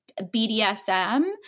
BDSM